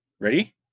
Ready